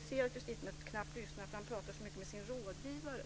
Jag ser att justitieministern knappt lyssnar, för han pratar så mycket med sin rådgivare.